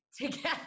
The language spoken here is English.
together